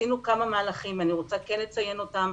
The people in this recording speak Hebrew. עשינו כמה מהלכים ואני כן רוצה לציין אותם.